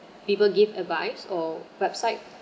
people give advice or website